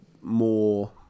more